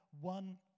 one